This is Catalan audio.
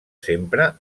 sempre